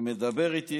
ומדבר איתי